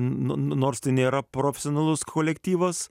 nors tai nėra profesionalus kolektyvas